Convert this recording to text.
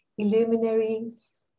illuminaries